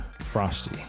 frosty